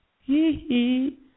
Hee-hee